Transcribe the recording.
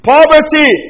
Poverty